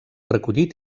recollit